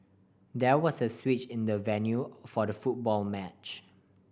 there was a switch in the venue for the football match